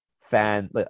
fan